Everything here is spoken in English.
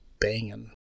banging